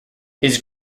his